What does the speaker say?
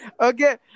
Okay